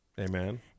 Amen